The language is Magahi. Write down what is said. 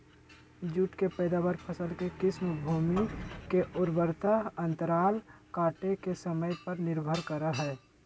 जुट के पैदावार, फसल के किस्म, भूमि के उर्वरता अंतराल काटे के समय पर निर्भर करई हई